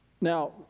Now